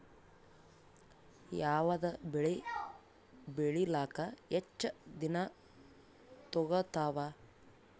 ಯಾವದ ಬೆಳಿ ಬೇಳಿಲಾಕ ಹೆಚ್ಚ ದಿನಾ ತೋಗತ್ತಾವ?